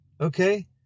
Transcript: Okay